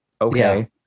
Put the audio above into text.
okay